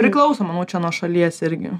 priklausoma nuo čia nuo šalies irgi